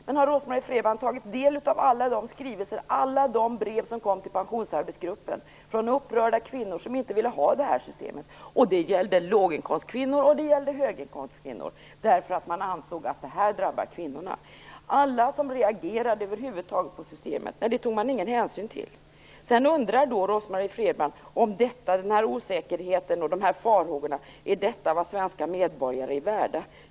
Men har Rose-Marie Frebran tagit del av alla de skrivelser och alla brev till pensionsarbetsgruppen som kom från upprörda kvinnor som inte ville ha det här systemet? Det gällde både låginkomstkvinnor och höginkomstkvinnor. Man ansåg nämligen att det här drabbar kvinnorna. Ingen hänsyn över huvud taget har tagits till alla dem som reagerat på systemet. Rose-Marie Frebran undrar om den här osäkerheten och de här farhågorna är vad svenska medborgare är värda.